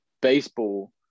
baseball